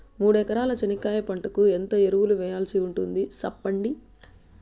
మూడు ఎకరాల చెనక్కాయ పంటకు ఎంత ఎరువులు వేయాల్సి ఉంటుంది సెప్పండి?